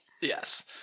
Yes